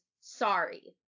sorry